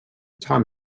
tom